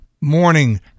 morning